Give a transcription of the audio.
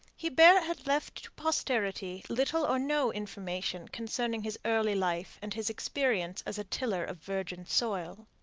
hebert has left to posterity little or no information concerning his early life and his experience as tiller of virgin soil.